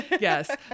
Yes